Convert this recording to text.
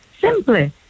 Simply